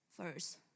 First